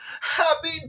happy